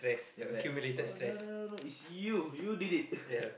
you'll be like oh no no no no is you you did it